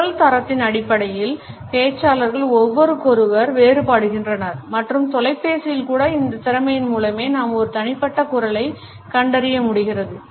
குரல் தரத்தின் அடிப்படையில் பேச்சாளர்கள் ஒருவருக்கொருவர் வேறுபடுகிறார்கள் மற்றும் தொலைபேசியில் கூட இந்தத் திறமையின் மூலமே நாம் ஒரு தனிப்பட்ட குரலை கண்டறிய முடிகிறது